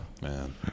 man